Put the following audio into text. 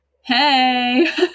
Hey